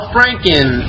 Franken